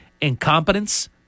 incompetence